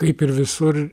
kaip ir visur